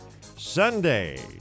Sunday